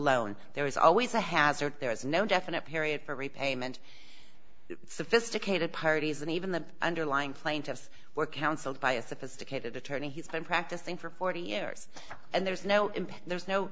loan there is always a hazard there is no definite period for repayment sophisticated parties and even the underlying plaintiffs were counseled by a sophisticated attorney he's been practicing for forty years and there's no impact there's no